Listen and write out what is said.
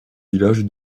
village